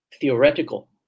Theoretical